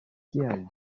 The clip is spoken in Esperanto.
kial